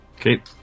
Okay